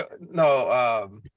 No